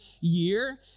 year